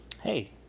Hey